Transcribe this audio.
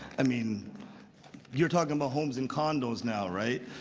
i mean you're talking about homes and condos now. right?